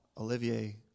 Olivier